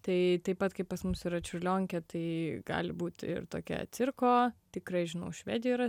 tai taip pat kaip pas mus yra čiurlionkė tai gali būti ir tokia cirko tikrai žinau švedijoj yra